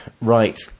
right